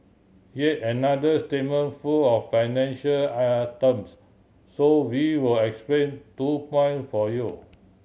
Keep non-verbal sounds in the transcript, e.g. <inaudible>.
yet another statement full of financial <hesitation> terms so we will explain two point for you